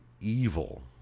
evil